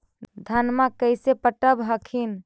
धन्मा कैसे पटब हखिन?